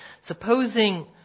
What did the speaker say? supposing